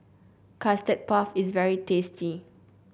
Custard Puff is very tasty